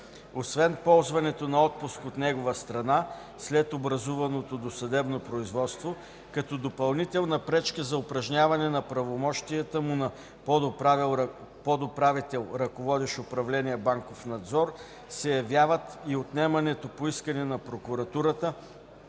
Освен ползването на отпуск от негова страна след образуваното досъдебно производство, като допълнителна пречка за упражняване на правомощията му на подуправител, ръководещ управление „Банков надзор”, се явяват и отнемането по искане на прокуратурата